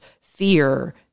fear